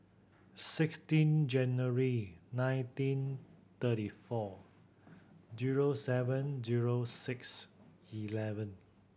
sixteen January nineteen thirty four zero seven zero six eleven